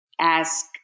ask